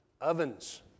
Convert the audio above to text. ovens